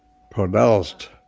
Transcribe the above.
pronounced